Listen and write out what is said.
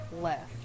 left